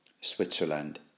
Switzerland